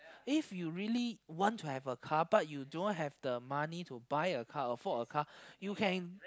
if you really want to have a car but you don't have the money to buy a car afford a car you can